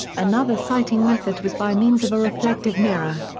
another sighting method was by means of a reflective mirror.